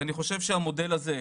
אני חושב שהמודל הזה,